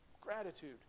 Gratitude